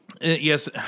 Yes